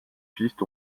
pistes